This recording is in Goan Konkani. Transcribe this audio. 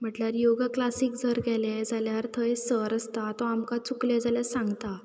म्हटल्यार योगा क्लासीक जर गेलें जाल्यार थंय सर आसता तो आमकां चुकलें जाल्यार सांगता